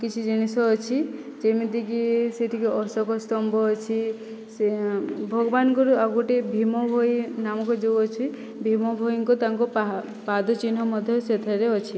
କିଛି ଜିନିଷ ଅଛି ଯେମିତିକି ସେଠିକି ଅଶୋକ ସ୍ଥମ୍ଭ ଅଛି ସେ ଭଗବାନଙ୍କର ଆଉ ଗୋଟିଏ ଭୀମଭୋଇ ନାମକ ଯେଉଁ ଅଛି ଭୀମଭୋଇଙ୍କ ତାଙ୍କ ପାହା ପାଦ ଚିହ୍ନ ମଧ୍ୟ ସେଠାରେ ଅଛି